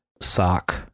sock